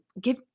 give